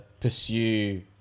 pursue